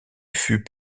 fut